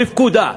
בפקודה,